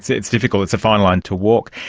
it's it's difficult, it's a fine line to walk.